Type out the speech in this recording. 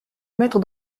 mettre